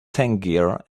tangier